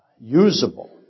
usable